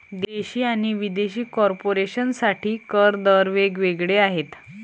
देशी आणि विदेशी कॉर्पोरेशन साठी कर दर वेग वेगळे आहेत